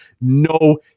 No